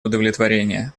удовлетворения